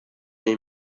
nei